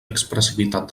expressivitat